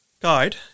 Guide